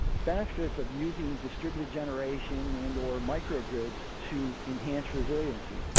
benefits of using distributed generation and or microgrids to enhance resiliency.